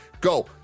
go